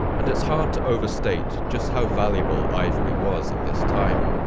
and it's hard to overstate just how valuable ivory was at this time.